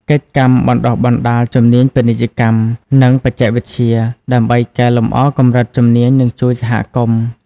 កិច្ចកម្មបណ្តុះបណ្តាលជំនាញពាណិជ្ជកម្ម និងបច្ចេកវិទ្យា ដើម្បីកែលម្អកម្រិតជំនាញនិងជួយសហគមន៍។